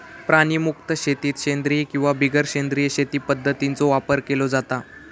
प्राणीमुक्त शेतीत सेंद्रिय किंवा बिगर सेंद्रिय शेती पध्दतींचो वापर केलो जाता